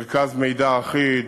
מרכז מידע אחיד,